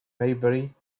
maybury